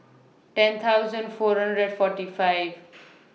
ten thousand four hundred and forty five